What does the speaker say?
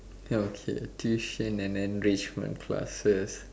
okay tuition and enrichment classes